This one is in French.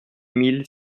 mille